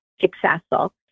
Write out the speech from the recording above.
successful